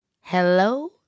Hello